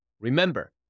Remember